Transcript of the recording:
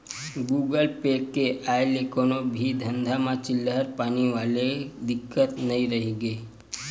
Google Pay के आय ले कोनो भी धंधा म चिल्हर पानी वाले दिक्कत नइ रहिगे हे